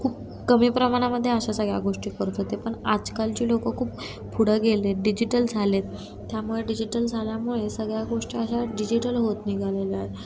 खूप कमी प्रमाणामध्ये अशा सगळ्या गोष्टी करत होते पण आजकालची लोक खूप पुढं गेले आहेत डिजिटल झाले आहेत त्यामुळे डिजिटल झाल्यामुळे सगळ्या गोष्टी अशा डिजिटल होत निघालेल्या आहे